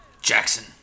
Jackson